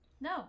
No